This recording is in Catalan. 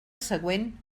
següent